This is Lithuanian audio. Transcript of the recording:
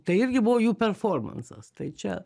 tai irgi buvo jų performansas tai čia